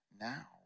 now